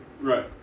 Right